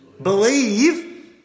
believe